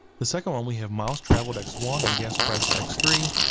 the second one, we have miles traveled, x one, and gas price, x three,